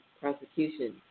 prosecution